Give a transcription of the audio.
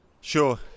Sure